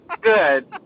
Good